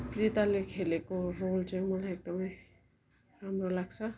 प्रिताले खेलेको रोल चाहिँ मलाई एकदमै राम्रो लाग्छ